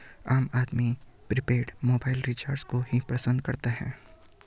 आम आदमी prepaid mobile recharge को ही पसंद करता है